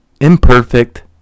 imperfect